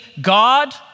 God